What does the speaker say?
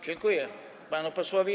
Dziękuję panu posłowi.